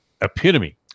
epitome